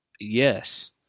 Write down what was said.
Yes